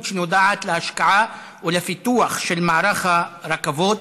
שנודעת להשקעה ולפיתוח של מערך הרכבות,